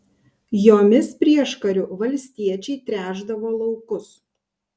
jomis prieškariu valstiečiai tręšdavo laukus